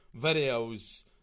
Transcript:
videos